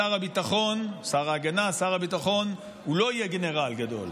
שר הביטחון או שר ההגנה לא יהיה גנרל גדול,